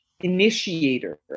initiator